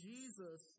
Jesus